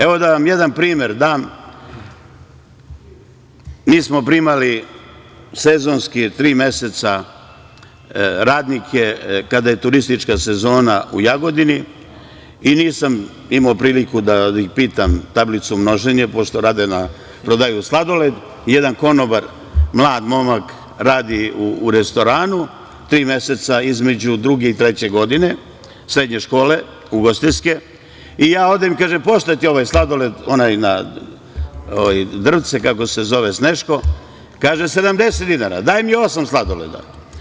Evo, da vam jedan primer dam, mi smo primali sezonski tri meseca radnike kada je turistička sezona u Jagodini i nisam imao priliku da ih pitam tablicu množenja, pošto prodaju sladoled, jedan konobar, mlad momak, radi u restoranu, tri meseca između druge i treće godine srednje škole ugostiteljske i ja odem i kažem - pošto ti je ovaj sladoled, onaj na drvce „Sneško“, kaže - 70 dinara, daj mi osam sladoleda.